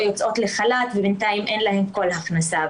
יוצאות לחל"ת ובינתיים אין להן כל הכנסה,